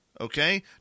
Okay